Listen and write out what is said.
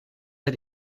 het